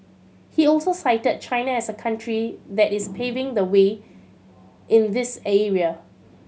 he also cited China as a country that is paving the way in this area